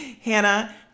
Hannah